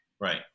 right